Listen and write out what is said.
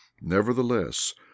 Nevertheless